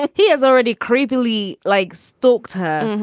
ah he has already creepily like stalked her,